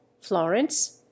florence